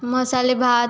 मसालेभात